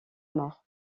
mort